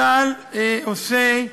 צה"ל עושה.